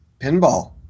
pinball